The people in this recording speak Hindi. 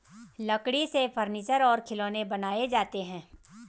लकड़ी से फर्नीचर और खिलौनें बनाये जाते हैं